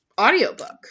audiobook